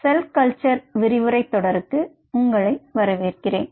செல் culture விரிவுரை தொடருக்கு உங்களை வரவேற்கிறேன்